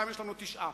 פעם יש לנו תשעה,